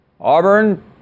Auburn